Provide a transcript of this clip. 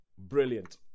Brilliant